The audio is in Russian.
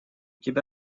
тебя